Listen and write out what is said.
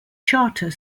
charter